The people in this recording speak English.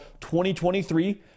2023